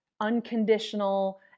unconditional